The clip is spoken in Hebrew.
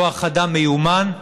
כוח אדם מיומן,